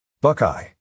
Buckeye